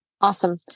Awesome